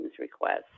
request